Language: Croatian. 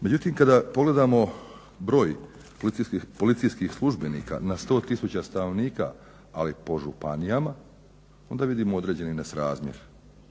Međutim kada pogledamo broj policijskih službenika na 100 tisuća stanovnika, ali po županijama, onda vidimo određeni nesrazmjer.